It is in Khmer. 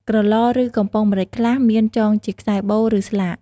ក្រឡ ឬ កំប៉ុងម្រេចខ្លះមានចងជាខ្សែបូ ឬស្លាក។